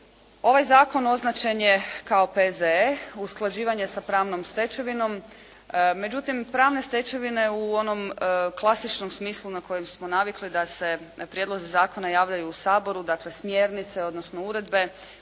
Ovaj zakon označen je kao P.Z.E. usklađivanje sa pravnom stečevinom. Međutim, pravne stečevine u onom klasičnom smislu na kojem smo navikli da se prijedlozi zakona javljaju u Saboru, dakle smjernice odnosno uredbe